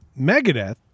Megadeth